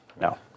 No